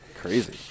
Crazy